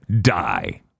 die